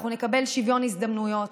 אנחנו נקבל שוויון הזדמנויות,